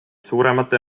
suuremate